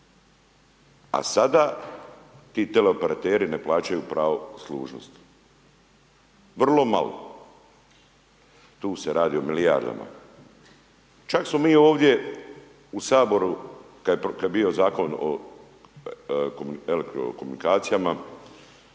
a sada ti teleoperateri ne plaćaju pravo uslužnosti. Vrlo malo, tu se radi o milijardama. Čak smo mi ovdje u Saboru, kada je bio Zakon o telekomunikacijama,